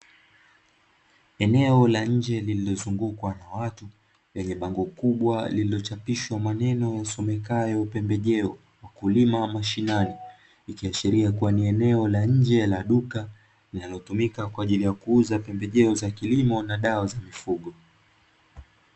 Eneo la nje lililozungukwa na watu, lenye bango kubwa lililochapishwa maneno yasomekayo, pembejeo "WAKULIMA MASHINANI", ikiashiria kuwa ni eneo la nje la duka linalotumika kwa ajili ya kuuza pembejeo za kilimo na dawa za mifugo.